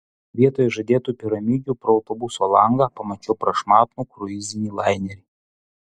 vietoj žadėtų piramidžių pro autobuso langą pamačiau prašmatnų kruizinį lainerį